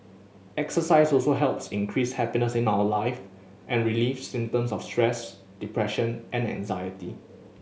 exercise also helps increase happiness in our life and relieve symptoms of stress depression and anxiety